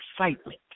excitement